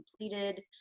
completed